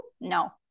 No